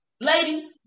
lady